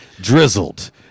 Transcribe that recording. drizzled